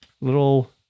little